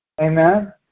amen